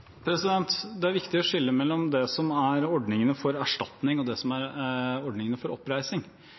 Det er viktig å skille mellom det som er ordningene for erstatning, og det som er ordningene for oppreisning.